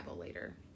later